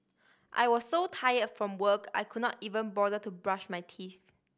I was so tired from work I could not even bother to brush my teeth